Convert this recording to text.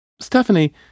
Stephanie